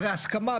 הרי הסכמה,